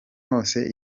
hose